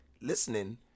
listening